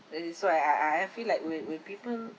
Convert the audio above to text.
that is why I I I've feel like with with people